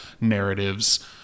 narratives